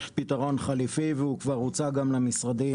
יש פתרון חליפי והוא כבר הוצע גם למשרדים,